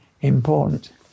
Important